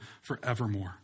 forevermore